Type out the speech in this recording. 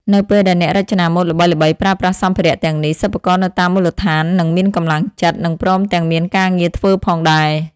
នៅពេលដែលអ្នករចនាម៉ូដល្បីៗប្រើប្រាស់សម្ភារៈទាំងនេះ សិប្បករនៅតាមមូលដ្ឋាននឹងមានកម្លាំងចិត្ត និងព្រមទាំងមានការងារធ្វើផងដែរ។